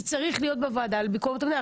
זה צריך להיות בוועדה לביקורת המדינה.